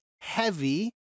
heavy